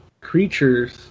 creatures